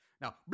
Now